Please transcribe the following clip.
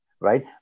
right